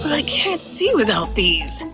i can't see without these!